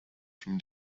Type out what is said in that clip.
from